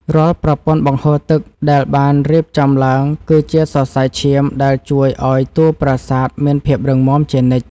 រាល់ប្រព័ន្ធបង្ហូរទឹកដែលបានរៀបចំឡើងគឺជាសរសៃឈាមដែលជួយឱ្យតួប្រាសាទមានភាពរឹងមាំជានិច្ច។